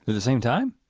the same time?